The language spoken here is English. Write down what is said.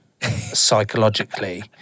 psychologically